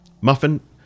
Muffin